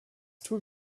tour